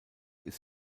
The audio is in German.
ist